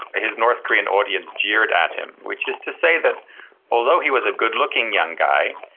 his north korean audience jeered at him, which is to say that although he was a good looking young guy,